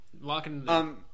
Locking